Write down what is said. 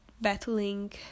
battling